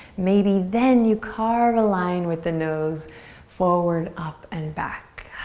maybe then you carve a line with the nose forward, up and back.